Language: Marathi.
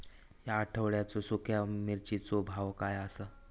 या आठवड्याचो सुख्या मिर्चीचो भाव काय आसा?